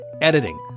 editing